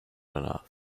enough